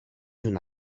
una